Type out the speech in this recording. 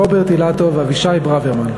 רוברט אילטוב ואבישי ברוורמן.